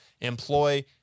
employ